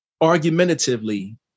argumentatively